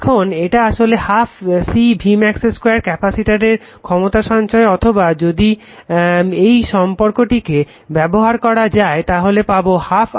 এখন এটা আসলে 12 C V max 2 ক্যাপাসিটরের ক্ষমতা সঞ্চয় অথবা যদি এই সম্পর্কটিকে ব্যবহার করা যায় তাহলে পাবো 12 I max 2 ω2 C